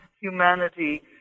humanity